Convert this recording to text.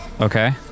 Okay